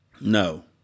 No